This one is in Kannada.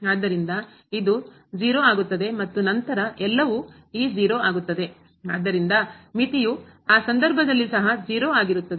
ಆದ್ದರಿಂದ ಇದು 0 ಆಗುತ್ತದೆ ಮತ್ತು ನಂತರ ಎಲ್ಲವೂ ಈ 0 ಆಗುತ್ತದೆ ಆದ್ದರಿಂದ ಮಿತಿಯು ಆ ಸಂದರ್ಭದಲ್ಲಿ ಸಹ 0 ಆಗಿರುತ್ತದೆ